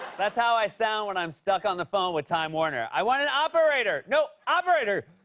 that's how i sound when i'm stuck on the phone with time warner. i want an operator. no, operator!